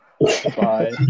Bye